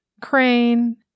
Crane